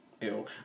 Ew